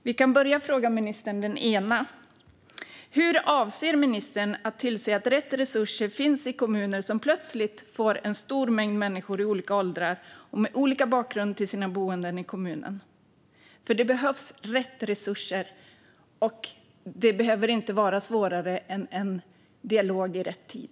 Jag kan börja med att ställa den ena till ministern: Hur avser ministern att tillse att rätt resurser finns i de kommuner som plötsligt får en stor mängd människor i olika åldrar och med olika bakgrund till sina boenden i kommunen? Rätt resurser behövs, och det behöver inte vara svårare än en dialog i rätt tid.